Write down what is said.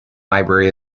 library